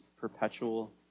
perpetual